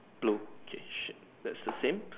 blue okay shit that's the same